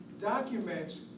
documents